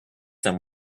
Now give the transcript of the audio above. them